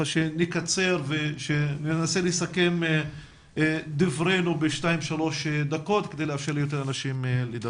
שנקצר וננסה לסכם דברינו בשתיים שלוש דקות,